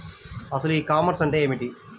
అసలు ఈ కామర్స్ అంటే ఏమిటి?